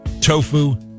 tofu